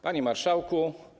Panie Marszałku!